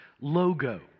logo